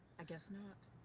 i guess not